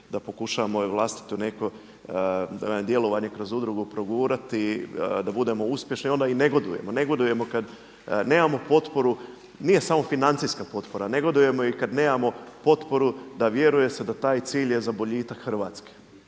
da pokušavamo djelovanje kroz udrugu progurati da budemo uspješni, onda i negodujemo. Negodujemo kada nemamo potporu, nije samo financijska potpora, negodujemo i kada nemamo potporu da vjeruje se da taj cilj je za boljitak Hrvatske.